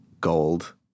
Gold